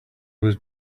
was